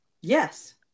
Yes